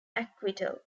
acquittal